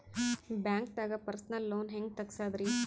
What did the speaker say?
ಬ್ಯಾಂಕ್ದಾಗ personal loan ಹೆಂಗ್ ತಗ್ಸದ್ರಿ?